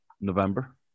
November